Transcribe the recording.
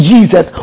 Jesus